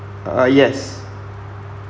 uh yes